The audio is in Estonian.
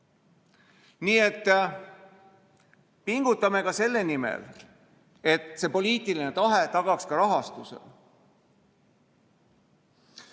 asi. Pingutame ka selle nimel, et see poliitiline tahe tagaks ka rahastuse!